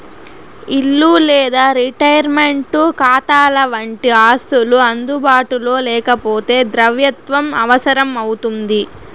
ఇల్లు లేదా రిటైర్మంటు కాతాలవంటి ఆస్తులు అందుబాటులో లేకపోతే ద్రవ్యత్వం అవసరం అవుతుంది